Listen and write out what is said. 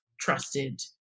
trusted